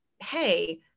hey